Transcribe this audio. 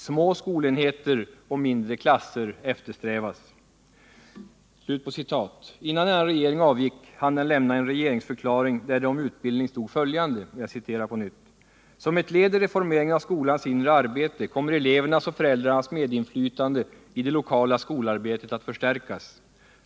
Små skolenheter och mindre klasser eftersträvas.” Innan denna regering avgick hann den lämna en regeringsförklaring, där det om utbildning stod följande: ”Som ett led i reformeringen av skolans inre arbete kommer elevernas och föräldrarnas medinflytande i det lokala skolarbetet att förstärkas.